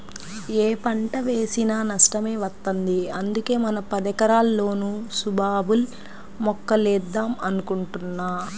యే పంట వేసినా నష్టమే వత్తంది, అందుకే మన పదెకరాల్లోనూ సుబాబుల్ మొక్కలేద్దాం అనుకుంటున్నా